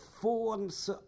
forms